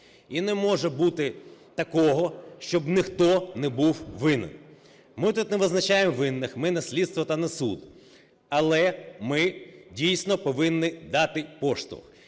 і не може бути такого, щоб ніхто не був винен. Ми тут не визначаємо винних, ми – не слідство та не суд. Але ми дійсно повинні дати поштовх.